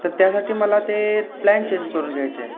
तर त्यासाठी मला ते प्लॅन चेंज करून घ्यायचे आहे